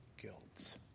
guilt